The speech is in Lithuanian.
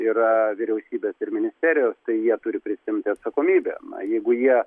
yra vyriausybės ir ministerijos tai jie turi prisiimti atsakomybę jeigu jie